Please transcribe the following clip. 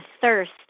thirst